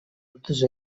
totes